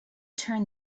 turn